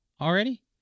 already